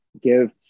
Give